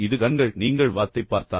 இது கண்கள் நீங்கள் வாத்தைப் பார்த்தால்